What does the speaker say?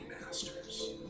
masters